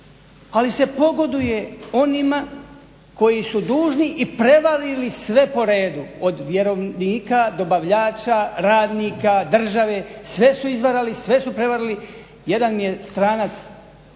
Ali se pogoduje onima koji su dužni i prevalili sve po redu od vjerovnika, dobavljača, radnika, države, sve su izvarali, sve su prevarili. Jedan mi je stranac